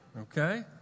Okay